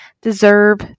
deserve